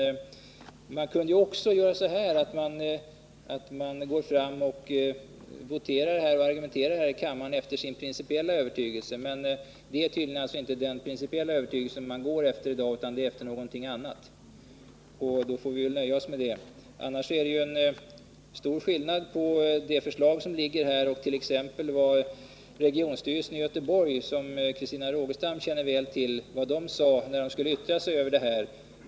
Centern kunde också göra så att man här i kammaren argumenterade och voterade efter sin principiella övertygelse. Men det är tydligen inte den principiella övertygelsen man går efter i dag utan någonting annat, och då får vi väl nöja oss med det. Det är en stor skillnad mellan det förslag som föreligger här och vad t.ex. regionsstyrelsen i Göteborg — som Christina Rogestam känner väl till — sade då de yttrade sig över detta.